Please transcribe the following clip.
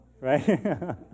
right